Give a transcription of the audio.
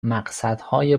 مقصدهای